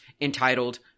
entitled